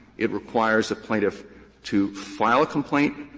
it requires the plaintiff to file a complaint,